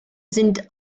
sind